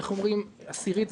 פחות מעשירית עשרימית?